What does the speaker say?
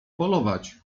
polować